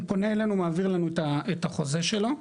הוא מעביר את החוזה שלו,